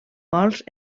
gols